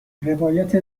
روایت